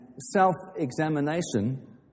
self-examination